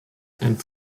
and